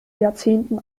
jahrzehnten